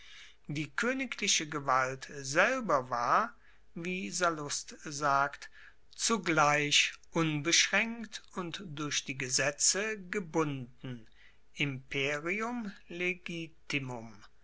die koenigliche gewalt selber war wie sallust sagt zugleich unbeschraenkt und durch die gesetze gebunden